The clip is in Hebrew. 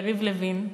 יריב לוין,